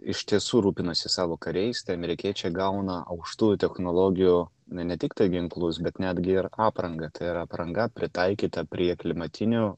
iš tiesų rūpinasi savo kariais tai amerikiečiai gauna aukštųjų technologijų ne tiktai ginklus bet netgi ir aprangą tai yra apranga pritaikyta prie klimatinių